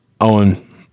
Owen